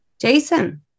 Jason